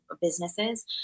businesses